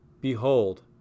Behold